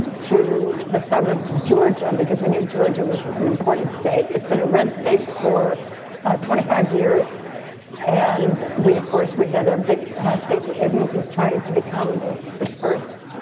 to the suburbs of georgia because we knew georgia was an important state. it's been a red state for twenty five years and we of course, we had a big stacey abrams was trying to become the, the first,